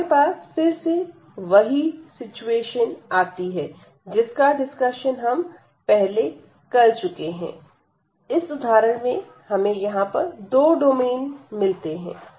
हमारे पास फिर से वही सिचुएशन आती है जिसका डिस्कशन हम पहले कर चुके है इस उदाहरण में हमें यहां पर दो डोमेन में मिलते हैं